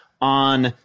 on